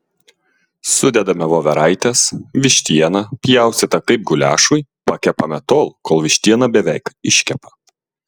sudedame voveraites vištieną pjaustytą kaip guliašui pakepame tol kol vištiena beveik iškepa